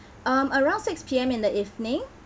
um around six P_M in the evening